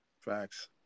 Facts